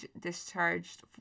discharged